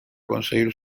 conseguir